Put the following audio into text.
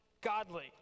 godly